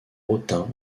hautain